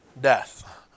death